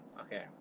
Okay